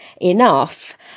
enough